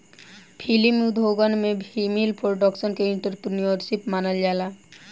film उद्योगन में film production के एंटरप्रेन्योरशिप मानल जाला